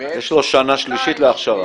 --- יש לו שנה שלישית להכשרה.